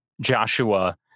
Joshua